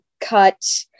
cut